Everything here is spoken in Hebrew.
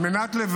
על מנת לוודא,